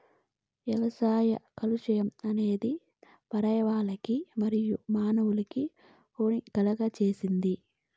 వ్యవసాయ కాలుష్యం అనేది పర్యావరణానికి మరియు మానవులకు హాని కలుగజేస్తాది